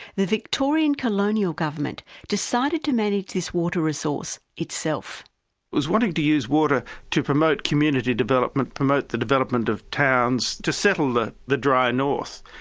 the victorian colonial government decided to manage this water resource itself. it was wanting to use water to promote community development, promote the development of towns to settle the the dry north.